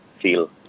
feel